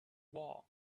war